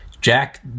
Jack